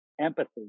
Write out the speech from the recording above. empathy